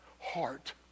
heart